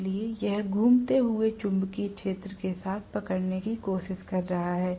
इसलिए यह घूमते हुए चुंबकीय क्षेत्र के साथ पकड़ने की कोशिश कर रहा है